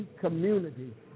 community